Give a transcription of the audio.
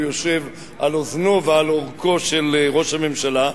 יושב על אוזנו ועל עורקו של ראש הממשלה.